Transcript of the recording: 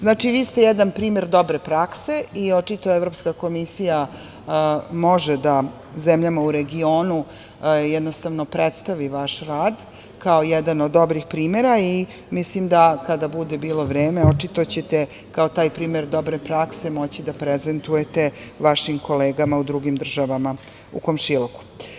Znači, vi ste jedan primer dobre prakse i očito Evropska komisija može da zemljama u regionu, jednostavno, predstavi vaš rad kao jedan od dobrih primera i mislim da kada bude bilo vreme očito ćete kao taj primer dobre prakse moći da prezentujete vašim kolegama u drugim državama u komšiluku.